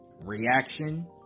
reaction